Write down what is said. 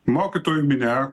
mokytojų minia